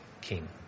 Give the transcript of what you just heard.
king